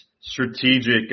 Strategic